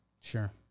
Sure